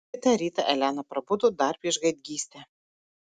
kitą rytą elena prabudo dar prieš gaidgystę